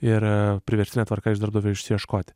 ir priverstine tvarka iš darbdavio išieškoti